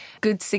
Good